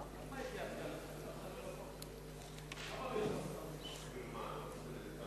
חברי חברי הכנסת, לפני כמה ימים נקט משרד החינוך